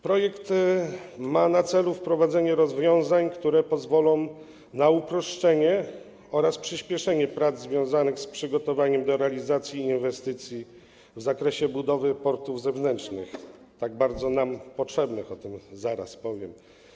Projekt ma na celu wprowadzenie rozwiązań, które pozwolą na uproszczenie oraz przyspieszenie prac związanych z przygotowaniem do realizacji inwestycji w zakresie budowy portów zewnętrznych, tak bardzo nam potrzebnych - o tym zaraz powiem.